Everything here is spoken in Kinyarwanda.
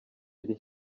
iri